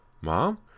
Mom